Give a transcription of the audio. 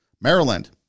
Maryland